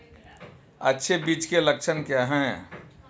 अच्छे बीज के लक्षण क्या हैं?